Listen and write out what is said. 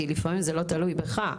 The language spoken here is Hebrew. כי לפעמים זה לא תלוי בך.